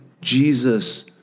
Jesus